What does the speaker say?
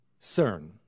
CERN